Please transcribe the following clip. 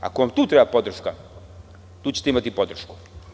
Ako vam tu treba podrška, tu ćete imati podršku.